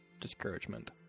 discouragement